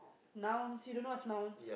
nouns you don't know what's nouns